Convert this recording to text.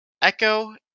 Echo